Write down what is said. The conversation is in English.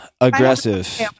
aggressive